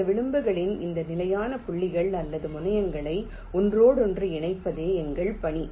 இந்த விளிம்புகளில் இந்த நிலையான புள்ளிகள் அல்லது முனையங்களை ஒன்றோடொன்று இணைப்பதே எங்கள் பணி